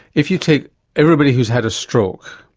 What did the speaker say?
if you take everybody who's had a stroke,